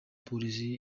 polisi